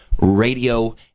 radio